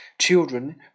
children